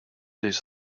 his